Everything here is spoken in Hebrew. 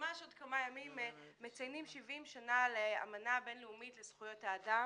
ממש עוד כמה ימים מציינים 70 שנה לאמנה הבינלאומית לזכויות האדם,